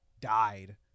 died